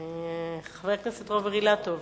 חבר הכנסת רוברט אילטוב.